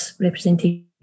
representation